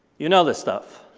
you know this stuff.